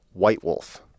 Whitewolf